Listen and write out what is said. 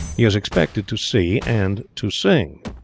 he is expected to see and to sing,